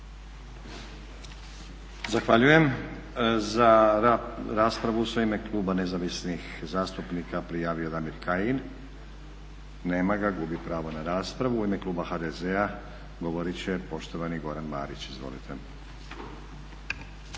Zahvaljujem. Za raspravu se u ime kluba nezavisnih zastupnika prijavio Damir Kajin. Nema ga. Gubi pravo na raspravu. U ime kluba HDZ-a govorit će poštovani Goran Marić. Izvolite.